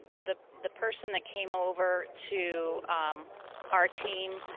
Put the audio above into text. the the person that came over to our team,